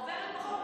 עוברת בחוק,